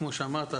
כמו שאמרת,